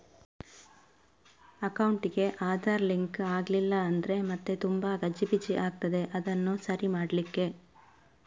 ಅಕೌಂಟಿಗೆ ಆಧಾರ್ ಲಿಂಕ್ ಆಗ್ಲಿಲ್ಲ ಅಂದ್ರೆ ಮತ್ತೆ ತುಂಬಾ ಗಜಿಬಿಜಿ ಆಗ್ತದೆ ಅದನ್ನು ಸರಿ ಮಾಡ್ಲಿಕ್ಕೆ